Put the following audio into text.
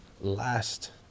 last